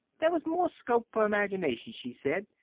there was more scope for imagination she said.